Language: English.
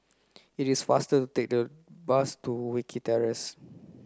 it is faster take the bus to Wilkie Terrace